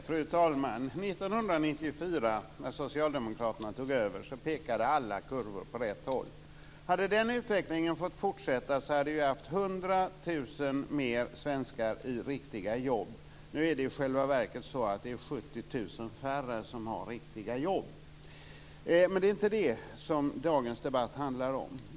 Fru talman! År 1994, då socialdemokraterna tog över, pekade alla kurvor åt rätt håll. Hade den utvecklingen fått fortsätta hade vi haft 100 000 fler svenskar i riktiga jobb. Nu är det i själva verket 70 000 färre som har riktiga jobb. Men det är inte detta som dagens debatt handlar om.